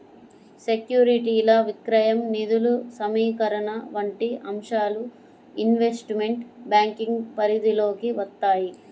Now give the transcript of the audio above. సెక్యూరిటీల విక్రయం, నిధుల సమీకరణ వంటి అంశాలు ఇన్వెస్ట్మెంట్ బ్యాంకింగ్ పరిధిలోకి వత్తాయి